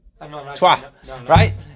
right